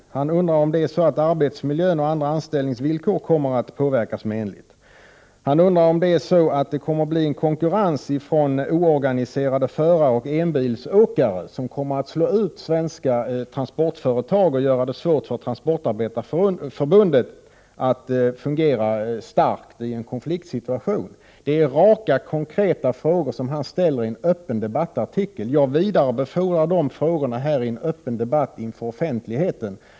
Transportarbetareförbundets ordförande undrar om arbetsmiljön och andra anställningsvillkor kommer att påverkas menligt. Han undrar om det kommer att bli en konkurrens från oorganiserade förare och enbilsåkare, som kommer att slå ut svenska transportföretag och göra det svårt för Transportarbetareförbundet att fungera starkt vid en konfliktsituation. Detta är raka, konkreta frågor som Transportarbetareförbundets ordförande ställer i en öppen debattartikel. Jag vidarebefordrar dessa frågor här i en öppen debatt inför offentligheten.